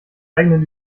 eigenen